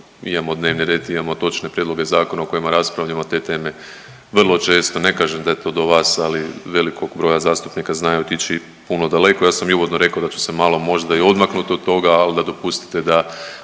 imamo dnevni red i imamo točne prijedloge zakona o kojima raspravljamo te teme. Vrlo često ne kažem da je to do vas, ali velikog broja zastupnika, znaju otići puno daleko. Ja sam i u uvodu rekao da ću se malo možda i odmaknut od toga, al dopustite da